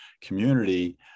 community